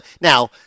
now